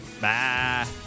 Bye